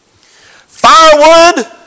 firewood